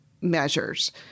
measures